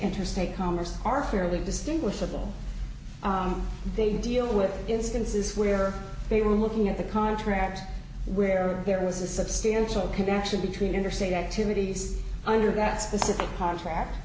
interstate commerce are fairly distinguishable they deal with instances where they were looking at the contract where there was a substantial connection between interstate activities under that specific contract